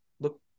look